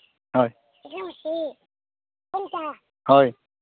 ᱦᱳᱭ ᱦᱳᱭ